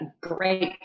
Great